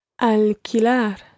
Alquilar